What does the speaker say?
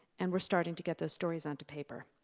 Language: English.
and we're starting to get those stories onto paper.